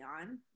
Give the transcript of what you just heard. on